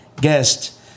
guest